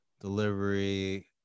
delivery